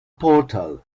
portal